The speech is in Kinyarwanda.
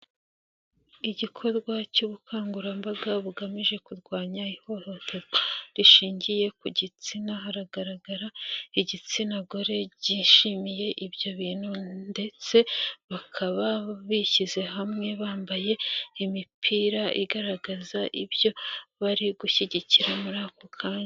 Igikorwa cy'ubukangurambaga bugamije kurwanya ihohoterwa rishingiye ku gitsina hagaragara igitsina gore byishimiye ibyo bintu ndetse bakaba bishyize hamwe bambaye imipira igaragaza ibyo bari gushyigikira muri ako kanya.